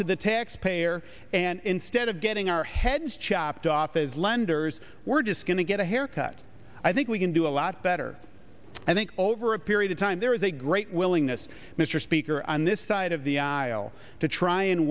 to the taxpayer and instead of getting our heads chopped off as lenders we're just going to get a haircut i think we can do a lot better i think over a period of time there is a great willingness mr speaker on this side of the aisle to try and